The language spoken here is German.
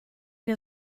der